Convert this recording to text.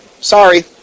sorry